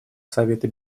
совета